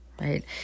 right